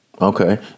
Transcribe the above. Okay